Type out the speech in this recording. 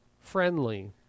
friendly